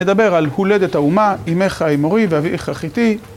נדבר על הולדת האומה, אימך האימורי ואביאך החיתי